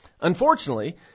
Unfortunately